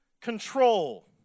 control